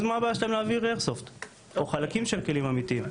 אז מה הבעיה שלהם להעביר איירסופט או חלקים של כלים אמיתיים?